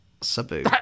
sabu